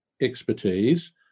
expertise